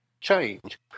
change